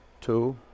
Two